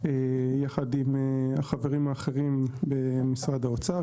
ביחד עם החברים האחרים במשרד האוצר.